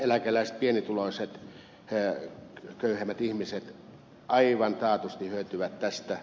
eläkeläiset pienituloiset köyhemmät ihmiset aivan taatusti hyötyvät tästä